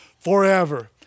forever